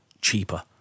cheaper